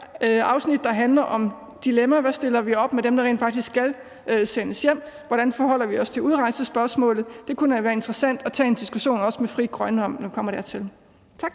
afsnit, der handler om dilemmaerne: Hvad stiller vi op med dem, der rent faktisk skal sendes hjem? Hvordan forholder vi os til udrejsespørgsmålet? Det kunne være interessant at tage en diskussion om det, også med Frie Grønne, når vi kommer dertil. Tak.